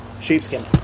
Sheepskin